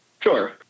Sure